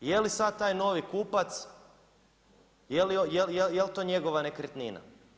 Je li sad taj novi kupac, jel' to njegova nekretnina?